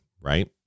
right